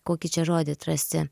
kokį čia žodį atrasti